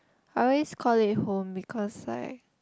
I always call it home because I